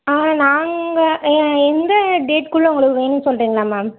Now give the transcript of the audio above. ஆ நாங்கள் எந்த டேட்டுக்குள்ள உங்களுக்கு வேணும்னு சொல்கிறிங்களா மேம்